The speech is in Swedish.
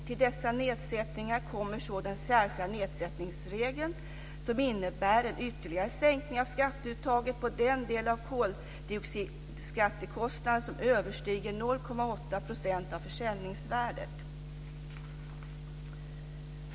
Till dessa nedsättningar kommer så den särskilda nedsättningsregeln som innebär en ytterligare sänkning av skatteuttaget på den del av koldioxidskattekostnaden som överstiger 0,8 % av försäljningsvärdet."